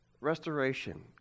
restoration